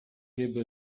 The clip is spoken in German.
gäbe